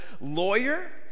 lawyer